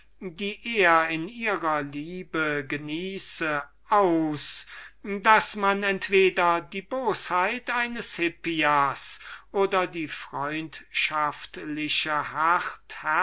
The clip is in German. welche er in ihrer liebe genieße aus daß man entweder die bosheit eines hippias oder die freundschaftliche